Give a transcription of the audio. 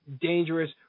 dangerous